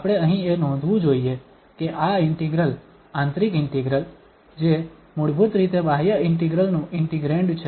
આપણે અહીં એ નોંધવું જોઈએ કે આ ઇન્ટિગ્રલ આંતરિક ઇન્ટિગ્રલ જે મૂળભૂત રીતે બાહ્ય ઇન્ટિગ્રલ નું ઇન્ટિગ્રેંડ છે